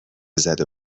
زدو